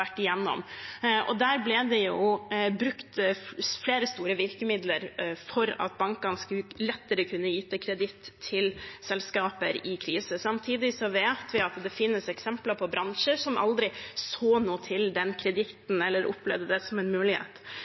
vært igjennom. Det ble brukt flere store virkemidler for at bankene lettere skulle kunne yte kreditt til selskaper i krise. Samtidig vet vi at det finnes eksempler på bransjer som aldri så noe til den kreditten eller opplevde det som en mulighet.